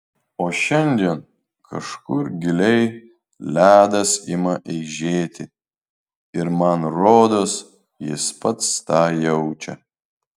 o šiandien kažkur giliai ledas ima eižėti ir man rodos jis pats tą jaučia